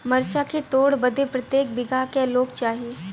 मरचा के तोड़ बदे प्रत्येक बिगहा क लोग चाहिए?